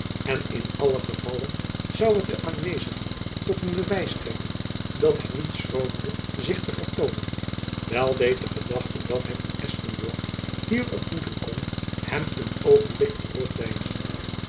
en in allen gevalle zoû het den aanwezigen tot een bewijs strekken dat hy niet schroomde zich te vertoonen wel deed de gedachte dat hy van espenblad hier ontmoeten kon hem een oogenblik